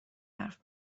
حرف